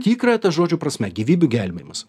tikra to žodžio prasme gyvybių gelbėjimas